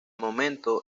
momento